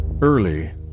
Early